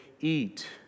eat